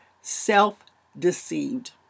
self-deceived